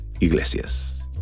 Iglesias